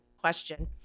question